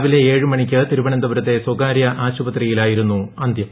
രാവിലെ ഏഴ് മണിക്ക് തിരുവനന്തപുരത്തെ സ്വകാര്യ ആശുപത്രിയിലായിരുന്നു അന്തൃം